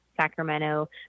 Sacramento